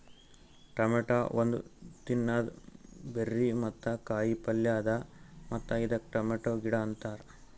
tomato ಒಂದ್ ತಿನ್ನದ berry ಮತ್ತ ಕಾಯಿ ಪಲ್ಯ ಅದಾ ಮತ್ತ ಇದಕ್ ಟೊಮೇಟೊ ಗಿಡ ಅಂತಾರ್